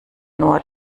nur